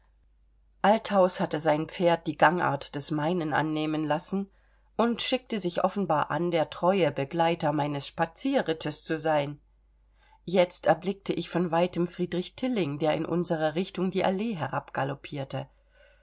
althaus hatte seinem pferd die gangart des meinen annehmen lassen und schickte sich offenbar an der treue begleiter meines spazierrittes zu sein jetzt erblickte ich von weitem friedrich von tilling der in unserer richtung die allee